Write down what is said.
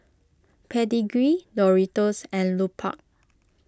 Pedigree Doritos and Lupark